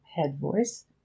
head-voice